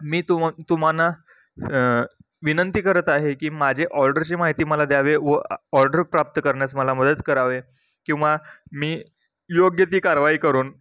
मी तुम तुम्हाला विनंती करत आहे की माझे ऑर्डरची माहिती मला द्यावे व ऑर्डर प्राप्त करण्यास मला मदत करावे किंवा मी योग्य ती कारवाई करून